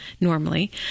normally